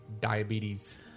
diabetes